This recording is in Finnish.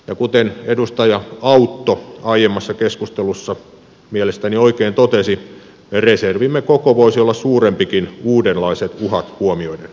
ja kuten edustaja autto aiemmassa keskustelussa mielestäni oikein totesi reservimme koko voisi olla suurempikin uudenlaiset uhat huomioiden